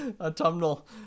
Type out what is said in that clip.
autumnal